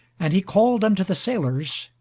and he called unto the sailors,